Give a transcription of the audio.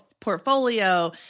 portfolio